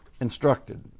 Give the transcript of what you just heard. instructed